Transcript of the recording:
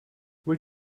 will